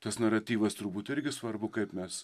tas naratyvas turbūt irgi svarbu kaip mes